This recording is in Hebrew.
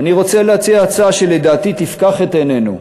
אני רוצה להציע הצעה שלדעתי תפקח את עינינו,